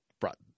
brought